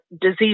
disease